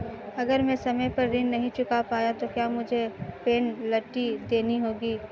अगर मैं समय पर ऋण नहीं चुका पाया तो क्या मुझे पेनल्टी देनी होगी?